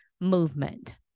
movement